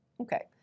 Okay